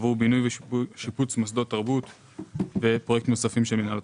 עבור בינוי ושיפוץ מוסדות תרבות ופרויקטים נוספים של מינהל התרבות.